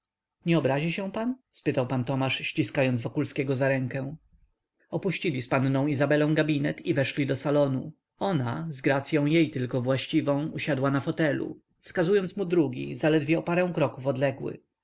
nie obrazi się pan spytał pan tomasz ściskając wokulskiego za rękę opuścili z panną izabelą gabinet i weszli do salonu ona z gracyą jej tylko właściwą usiadła na fotelu wskazując mu drugi zaledwie o parę kroków odległy